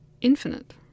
infinite